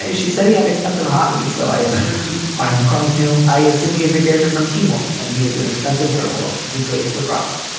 she said he had expensive hobbies, so i assumed i am a crossfield. i assume he is a character from teen wolf and he is an expensive werewolf who plays lacrosse